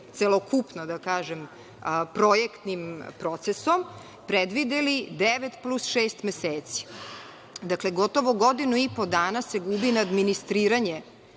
celokupno, da kažem, projektnim procesom predvideli devet plus šest meseci. Dakle, gotovo godinu i po dana se gubi na administriranje